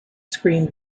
screen